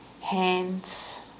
Hands